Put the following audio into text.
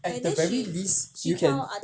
at the very least you can